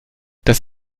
das